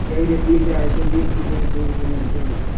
यही रेट मिल रहा है तो एक रुपये दो रुपये मिलते है हमको